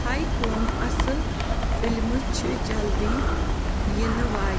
ہَے کۅم اَصٕل فِلمہٕ چھِ جلدٕے یِنہٕ واج